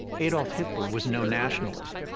adolf hitler was no nationalist.